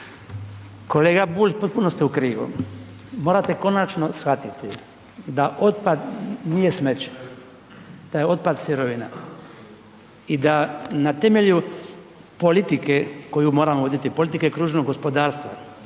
Kolega Bulj, potpuno ste u krivu. Morate konačno shvatiti da otpad nije smeće. Da je otpad sirovina i da na temelju politike koju moramo voditi, politike kružnog gospodarstva,